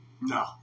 No